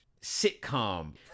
sitcom